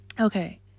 okay